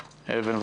בדיון.